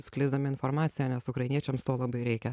skleisdami informaciją nes ukrainiečiams to labai reikia